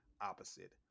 opposite